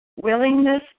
Willingness